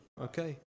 okay